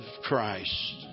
Christ